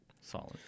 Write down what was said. Solid